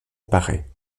paraît